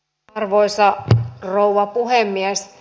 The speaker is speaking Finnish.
arvoisa rouva puhemies